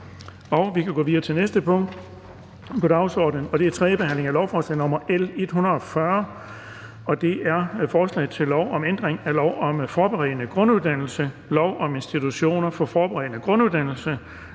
punkt på dagsordenen er: 6) 3. behandling af lovforslag nr. L 140: Forslag til lov om ændring af lov om forberedende grunduddannelse, lov om institutioner for forberedende grunduddannelse,